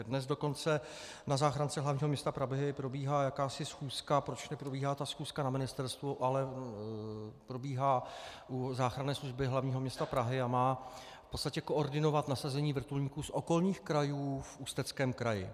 Dnes dokonce na záchrance hlavního města Prahy probíhá jakási schůzka, proč neprobíhá ta schůzka na ministerstvu, ale probíhá u záchranné služby hlavního města Prahy a má v podstatě koordinovat nasazení vrtulníků z okolních krajů v Ústeckém kraji.